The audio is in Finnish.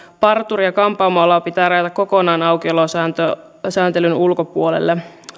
parturi ja kampaamoala pitää rajata kokonaan aukiolosääntelyn ulkopuolelle